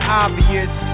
obvious